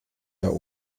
der